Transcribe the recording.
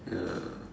ya